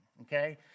okay